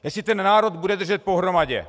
Jestli ten národ bude držet pohromadě.